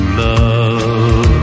love